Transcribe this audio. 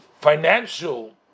financial